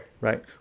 Right